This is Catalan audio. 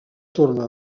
torna